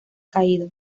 caído